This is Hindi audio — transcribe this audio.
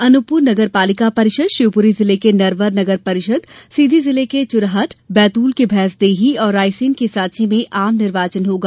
अनूपपुर नगरपालिका परिषद शिवपुरी जिले के नरवर नगर परिषद सीधी जिले के चुरहट बैतूल के भैंसदेही और रायसेन के साँची में आम निर्वाचन होगा